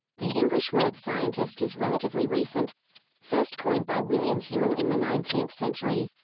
the english word scientist is relatively recent first coined by william whewell in the nineteenth century.